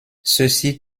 ceci